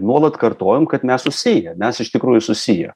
nuolat kartojom kad mes susiję mes iš tikrųjų susiję